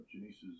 Janice's